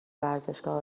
ورزشگاه